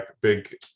big